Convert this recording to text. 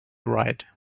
right